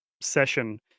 session